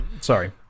sorry